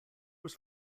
was